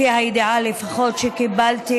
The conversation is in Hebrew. לפחות לפי הידיעה שקיבלתי,